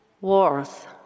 wars